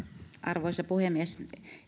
arvoisa puhemies